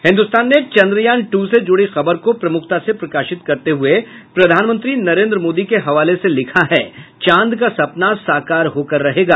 हिन्दुस्तान ने चंद्रयान टू से जुड़ी खबर को प्रमुखता से प्रकाशित करते हुये प्रधानमंत्री नरेंद्र मोदी के हवाले से लिखा है चांद का सपना साकार होकर रहेगा